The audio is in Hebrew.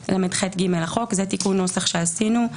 342לח(ג) לחוק זה תיקון נוסח שעשינו.